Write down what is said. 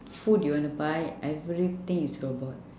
food you want to buy everything is robot